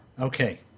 Okay